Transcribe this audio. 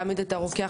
להעמיד את הרוקח